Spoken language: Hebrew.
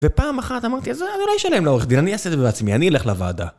ופעם אחת אמרתי אז אני לא אשלם לאורך דין אני אעשה את זה בעצמי אני אלך לוועדה